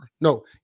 No